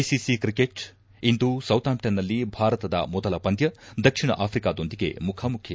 ICC cricket ಇಂದು ಸೌತಾಂಪ್ಲನ್ನಲ್ಲಿ ಭಾರತದ ಮೊದಲ ಪಂದ್ಲ ದಕ್ಷಿಣ ಆಫ್ರಿಕಾದೊಂದಿಗೆ ಮುಖಾಮುಖಿ